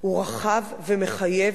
הוא רחב ומחייב,